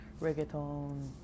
reggaeton